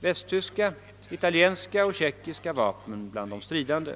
västtyska, italienska och tjeckiska vapen bland de stridande.